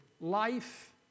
Life